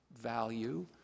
value